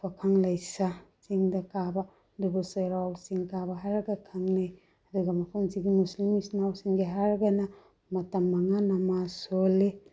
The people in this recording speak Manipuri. ꯄꯥꯈꯪ ꯂꯩꯁꯥ ꯆꯤꯡꯗ ꯀꯥꯕ ꯑꯗꯨꯕꯨ ꯆꯩꯔꯥꯎ ꯆꯤꯡ ꯀꯥꯕ ꯍꯥꯏꯔꯒ ꯈꯪꯅꯩ ꯑꯗꯨꯒ ꯃꯐꯝ ꯑꯁꯤꯒꯤ ꯃꯨꯁꯂꯤꯝ ꯏꯆꯤꯟ ꯏꯅꯥꯎꯁꯤꯡꯒꯤ ꯍꯥꯏꯔꯒꯅ ꯃꯇꯝ ꯃꯉꯥ ꯅꯃꯥꯖ ꯁꯣꯜꯂꯤ